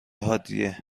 حادیه